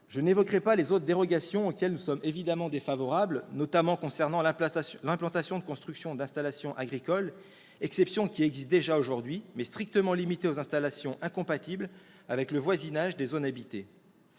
Je n'évoquerai pas les autres dérogations auxquelles nous sommes évidemment défavorables, notamment concernant l'implantation de constructions ou d'installations agricoles, exceptions qui existent déjà aujourd'hui, mais strictement limitées aux installations incompatibles avec le voisinage des zones habitées.